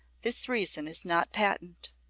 this reason is not patent.